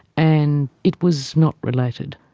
and it was not related.